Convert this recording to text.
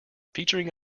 featuring